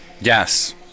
Yes